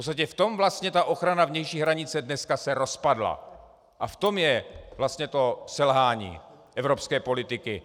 V tom vlastně ta ochrana vnější hranice se dneska rozpadla a v tom je vlastně to selhání evropské politiky.